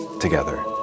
together